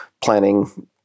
planning